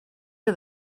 you